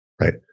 right